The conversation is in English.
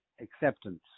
acceptance